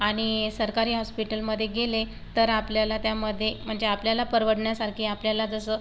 आणि सरकारी हॉस्पिटलमध्ये गेले तर आपल्याला त्यामध्ये म्हणजे आपल्याला परवडण्यासारखे आपल्याला जसं